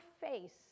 face